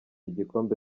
igikombe